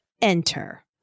Enter